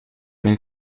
mijn